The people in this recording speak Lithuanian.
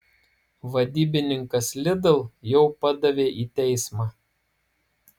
vadybininkas lidl jau padavė į teismą